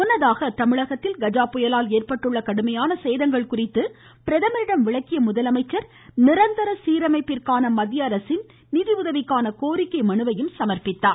முன்னதாக தமிழகத்தில் கஜா புயலால் ஏற்பட்டுள்ள கடுமையான சேதங்கள் குறித்து பிரதமரிடம் விளக்கிய முதலமைச்சர் நிரந்தர சீரமைப்பிற்கான மத்திய அரசின் நிதியுதவிக்கான கோரிக்கை மனுவையும் சமர்ப்பித்தார்